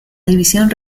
división